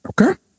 Okay